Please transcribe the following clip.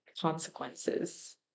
consequences